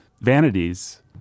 vanities